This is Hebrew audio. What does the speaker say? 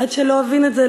עד שלא אבין את זה,